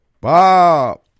Bob